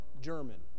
German